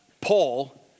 Paul